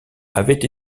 avaient